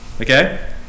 Okay